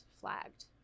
flagged